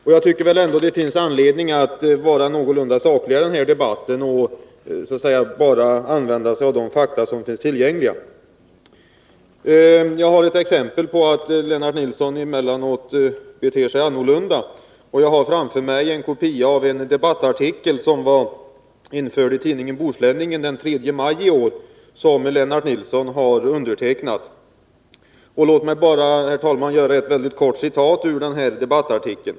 Det finns väl ändå anledning att vara någorlunda saklig i den här debatten och bara använda de fakta som finns tillgängliga. Jag har ett exempel på att Lennart Nilsson emellanåt beter sig annorlunda. Framför mig har jag nämligen en kopia av en debattartikel som varit införd i tidningen Bohusläningen den 3 maj i år. Låt mig bara göra ett väldigt kort citat ur den debattartikeln.